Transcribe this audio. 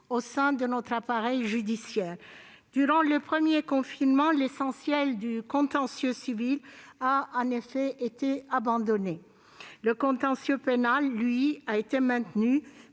au sein de notre appareil judiciaire. Durant le premier confinement, l'essentiel du contentieux civil a en effet été abandonné. Le contentieux pénal, lui, a été maintenu,